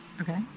Okay